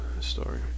story